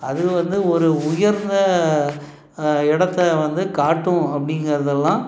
அது வந்து ஒரு உயர்ந்த இடத்த வந்து காட்டும் அப்படிங்கிறதெல்லாம்